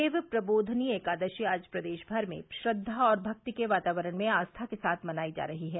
देव प्रबोधनी एकादशी आज प्रदेश भर में श्रद्वा और भक्ति के वातावरण में आस्था के साथ मनाई जा रही है